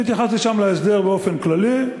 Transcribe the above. אני התייחסתי שם להסדר באופן כללי,